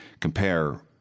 compare